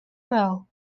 row